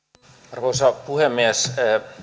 arvoisa puhemies